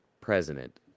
president